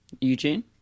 Eugene